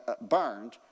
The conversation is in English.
burned